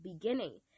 beginning